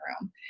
room